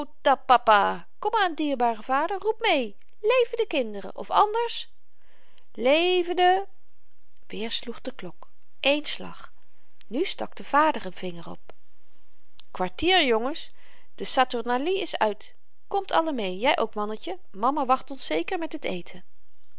kom aan dierbare vader roep mee leven de kinderen of anders leven de weer sloeg de klok eén slag nu stak de vader n vinger op kwartier jongens de saturnalie is uit komt allen mee jy ook mannetje mama wacht ons zeker met het eten